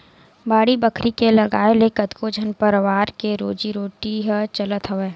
बाड़ी बखरी के लगाए ले कतको झन परवार के रोजी रोटी ह चलत हवय